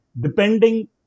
depending